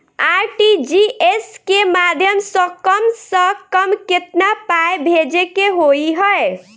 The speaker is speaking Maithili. आर.टी.जी.एस केँ माध्यम सँ कम सऽ कम केतना पाय भेजे केँ होइ हय?